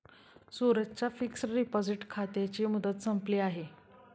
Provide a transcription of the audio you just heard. सूरजच्या fixed deposit खात्याची मुदत संपली आहे